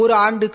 ஒரு ஆண்டுக்கு